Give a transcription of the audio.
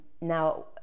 Now